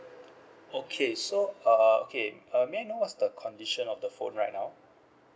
okay so uh okay uh may I know what's the condition of the phone right now